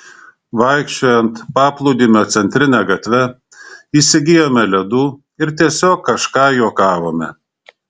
vaikščiojant paplūdimio centrine gatve įsigijome ledų ir tiesiog kažką juokavome